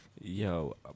Yo